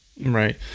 Right